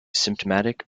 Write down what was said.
symptomatic